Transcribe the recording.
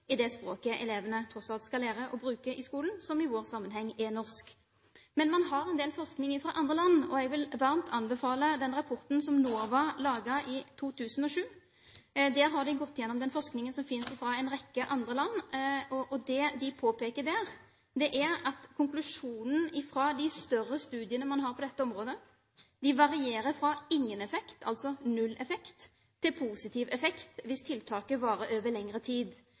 det språket elevene tross alt skal lære å bruke i skolen, som i vår sammenheng er norsk. Man har en del forskning fra andre land, og jeg vil varmt anbefale rapporten som NOVA laget i 2007. Der har de gått gjennom den forskningen som finnes fra en rekke andre land. Der påpeker de at konklusjonen fra de større studiene man har på dette området, varierer fra ingen effekt – altså null effekt – til positiv effekt, hvis tiltaket varer over lengre tid.